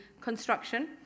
construction